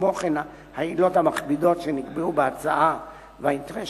כמו גם העילות המכבידות שנקבעו בהצעה והאינטרס